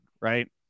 Right